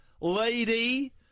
lady